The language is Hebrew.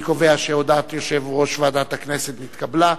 אני קובע שהודעת יושב-ראש ועדת הכנסת נתקבלה.